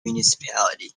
municipality